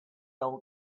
old